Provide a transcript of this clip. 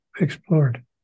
explored